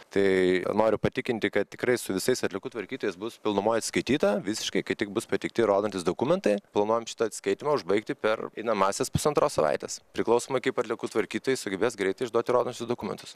tai noriu patikinti kad tikrai su visais atliekų tvarkytojais bus pilnumoj atsiskaityta visiškai kai tik bus pateikti įrodantys dokumentai planuojam šitą atsiskaitymą užbaigti per einamąsias pusantros savaitės priklausomai kaip atliekų tvarkytojai sugebės greitai išduoti įrodančius dokumentus